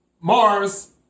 Mars